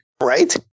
Right